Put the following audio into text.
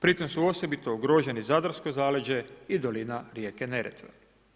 Pritom su osobito ugroženi zadarsko zaleđe i dolina rijeke Neretve.